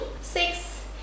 Six